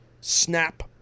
snap